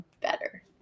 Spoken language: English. better